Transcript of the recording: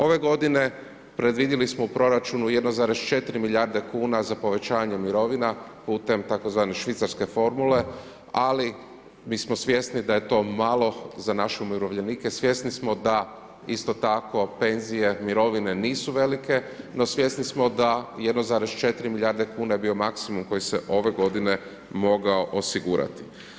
Ove godine predvidjeli smo u proračunu 1,4 milijarde kuna za povećanje mirovina putem tzv. švicarske formule ali mi smo svjesni da je to malo za naše umirovljenike, svjesni smo da isto tako penzije, mirovine nisu velike, no svjesni smo da 1,4 milijarde kuna je bio maksimum koji se ove godine mogao osigurati.